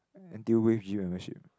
N_T_U wave gym membership